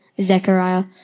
Zechariah